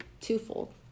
twofold